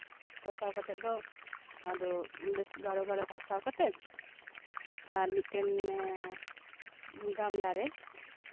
ᱠᱚᱥᱟᱣ ᱠᱟᱛᱮᱜ ᱫᱚ ᱟᱫᱚ ᱵᱮᱹᱥ ᱜᱟᱲᱚ ᱜᱟᱲᱚ ᱠᱚᱥᱟᱣ ᱠᱟᱛᱮᱜ ᱟᱨ ᱢᱤᱫᱴᱮᱱ ᱜᱟᱢᱞᱟᱨᱮ